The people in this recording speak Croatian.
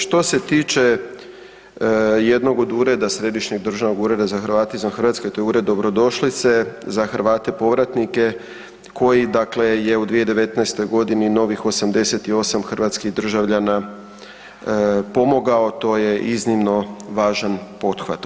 Što se tiče jednog od ureda Središnjeg državnog ureda za Hrvate izvan Hrvatske, to je Ured dobrodošlice za Hrvate povratnike, koji dakle je u 2019. g. novih 88 hrvatskih državljana pomogao, to je iznimno važan pothvat.